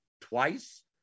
twice